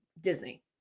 Disney